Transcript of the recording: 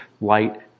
light